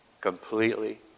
completely